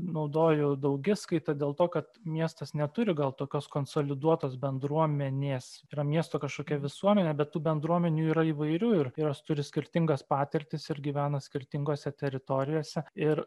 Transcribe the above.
naudoju daugiskaitą dėl to kad miestas neturi gal tokios konsoliduotos bendruomenės yra miesto kažkokia visuomenė bet bendruomenių yra įvairių ir jos turi skirtingas patirtis ir gyvena skirtingose teritorijose ir